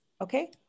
Okay